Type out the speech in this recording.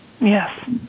Yes